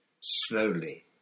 slowly